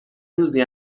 روزی